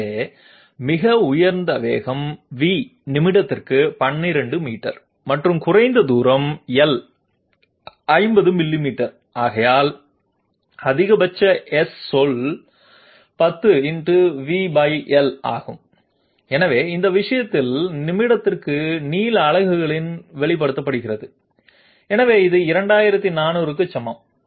எனவே மிக உயர்ந்த வேகம் v நிமிடத்திற்கு 12 மீட்டர் மற்றும் குறைந்த தூரம் L 50 மில்லிமீட்டர் ஆகையால் அதிகபட்ச s சொல் 10×VL ஆகும் எனவே இந்த விஷயம் நிமிடத்திற்கு நீள அலகுகளில் வெளிப்படுத்தப்படுகிறது எனவே இது 2400 க்கு சமம்